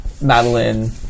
Madeline